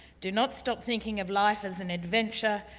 do not stop thinking of life as an adventure.